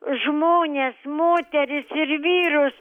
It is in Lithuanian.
žmones moteris ir vyrus